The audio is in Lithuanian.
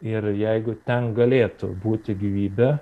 ir jeigu ten galėtų būti gyvybė